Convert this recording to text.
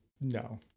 no